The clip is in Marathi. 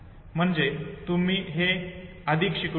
म्हणजे तुम्ही हे अधिक शिकून घ्याल